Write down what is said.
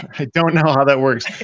i don't know how that works.